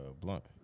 blunt